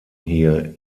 hier